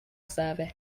service